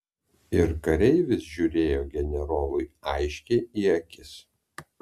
ir kareivis žiūrėjo generolui aiškiai į akis